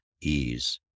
ease